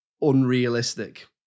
unrealistic